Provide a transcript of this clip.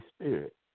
spirit